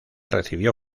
recibió